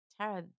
Tara